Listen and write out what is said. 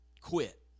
quit